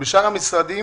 בשאר המשרדים